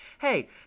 Hey